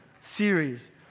series